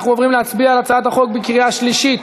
אנחנו עוברים להצביע על הצעת החוק בקריאה שלישית.